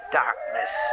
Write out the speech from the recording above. darkness